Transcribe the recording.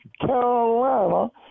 Carolina